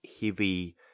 heavy